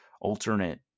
alternate